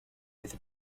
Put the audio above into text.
with